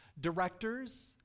directors